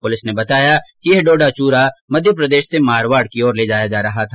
police ने बताया कि यह डोडा चुरा मध्य प्रदेश से मारवाड़ की ओर ले जाया जा रहा था